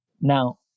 Now